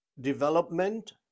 development